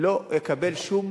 לא אקבל שום